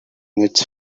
its